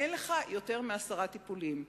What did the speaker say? אין לך יותר מעשרה טיפולים.